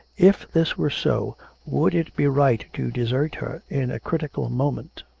if this were so would it be right to desert her in a critical moment?